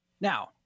Now